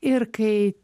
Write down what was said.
ir kai